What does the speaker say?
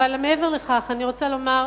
אבל מעבר לכך אני רוצה לומר,